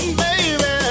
baby